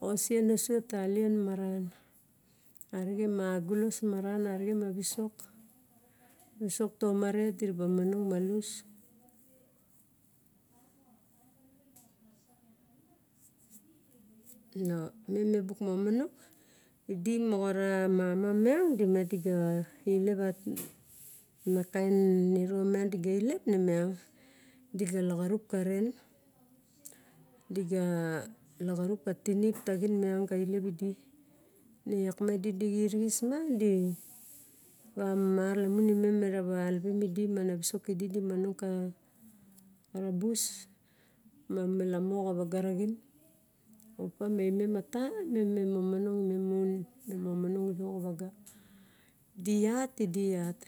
Osien asu a talien maran arixen ma gulos maran arixe ma visok ne dina ba onon malus isok tomare diraba monong malus o nenebu manonong o idi moxa r mama miang di miang di ga ilep na kam nono miang di galep ne miang di ga laxarup karen di ga laxarup ka tinip train miang galep idi. Ne iak miang di di xirixis muabg di va malamun emem ta valivim idi a na vusok ki di du monong a karabus ma malamo xa vaga raxin. Opa ma men ata mem me momonongd mem mon, me momonong re a vaga, idi iat idi iat